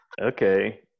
Okay